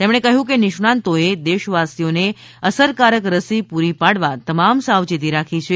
તેમણે કહ્યું નિષ્ણાંતોએ દેશવાસીઓને અસરકારક રસી પૂરી પાડવા તમામ સાવચેતી રાખી છે